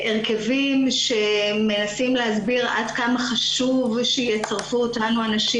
בהרכבים שמנסים להסביר עד כמה חשוב שיצרפו אותנו הנשים.